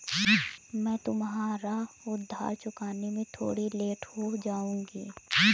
मैं तुम्हारा उधार चुकाने में थोड़ी लेट हो जाऊँगी